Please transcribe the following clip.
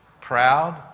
proud